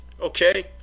Okay